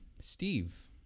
Steve